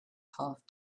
half